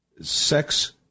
sex